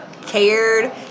cared